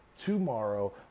Tomorrow